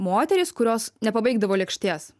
moterys kurios nepabaigdavo lėkštės